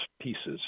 pieces